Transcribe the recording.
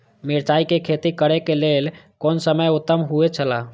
मिरचाई के खेती करे के लेल कोन समय उत्तम हुए छला?